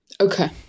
okay